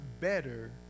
better